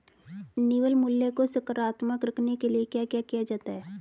निवल मूल्य को सकारात्मक रखने के लिए क्या क्या किया जाता है?